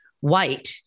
white